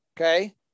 okay